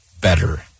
better